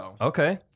Okay